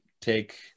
take